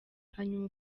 hanyuma